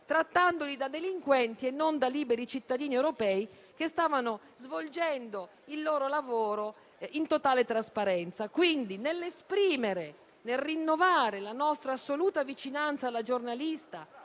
trattandone i membri da delinquenti e non da liberi cittadini europei che stavano svolgendo il loro lavoro in totale trasparenza. Nel rinnovare la sua assoluta vicinanza alla giornalista,